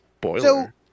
Boiler